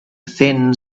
thin